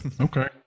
okay